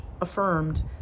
affirmed